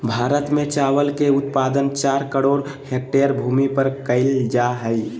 भारत में चावल के उत्पादन चार करोड़ हेक्टेयर भूमि पर कइल जा हइ